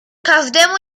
każdemu